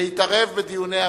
להתערב בדיוני הוועדה.